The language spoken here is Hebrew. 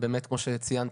באמת כמו שציינת,